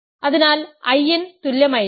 അതിനാൽ In തുല്യമായിരിക്കണം